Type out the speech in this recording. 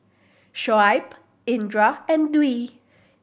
Shoaib Indra and Dwi